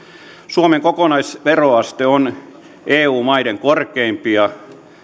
suomen kokonaisveroaste on eu maiden korkeimpia